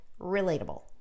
Relatable